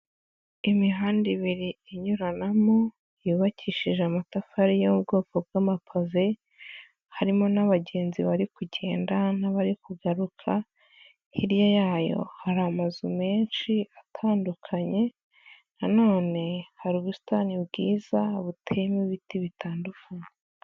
Imihanda ibiri inyuranamo yubakishije amatafari yo mu bwoko bw'amapave, harimo n'abagenzi bari kugenda n'abari kugaruka. Hirya yayo hari amazu menshi atandukanye, na none hari ubusitani bwiza buteyemo ibiti bitandukanye.